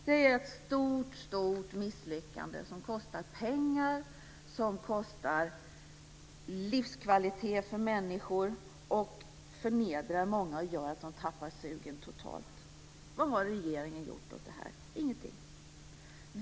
Detta är ett stort misslyckande som kostar pengar, som kostar livskvalitet för människor, som är förnedrande och gör att människor tappar sugen totalt. Vad har regeringen gjort åt detta? Ingenting.